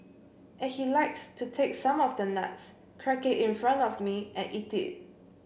and he likes to take some of the nuts crack it in front of me and eat it